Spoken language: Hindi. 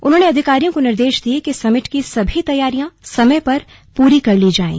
उन्होंने अधिकारियों को निर्देश दिये कि समिट की सभी तैयारियां समय पर पूरी कर ली जाएं